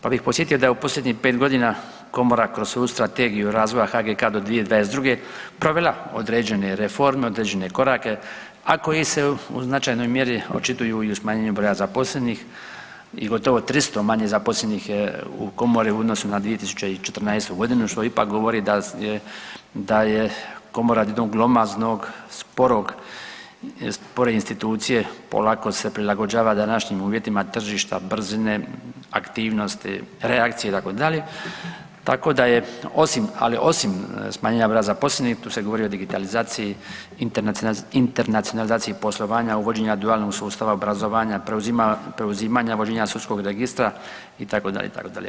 Pa bih podsjetio da je u posljednjih 5 godina Komora kroz svoju Strategiju razvoja HGK do 2022. provela određene reforme, određene korake, a koji se u značajnoj mjeri očituju i u smanjenju broja zaposlenih i gotovo 300 manje zaposlenih u Komori u odnosu na 2014. g., što ipak govori da je Komora od jednog glomaznog spore institucije, polako se prilagođava današnjim uvjetima tržišta, brzine, aktivnosti, reakcije, itd., tako da je osim, ali osim smanjenja broja zaposlenih, tu se govori o digitalizaciji, internacionalizaciji poslovanja, uvođenja dualnog sustava obrazovanja, preuzimanja i vođenja Sudskog registra, itd., itd.